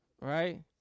Right